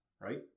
right